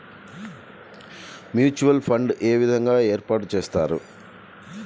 Mutual funds ఏ విధంగా ఏర్పాటు చేస్తారు?